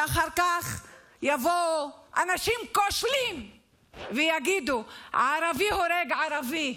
ואחר כך יבואו אנשים כושלים ויגידו: ערבי הורג ערבי.